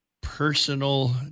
Personal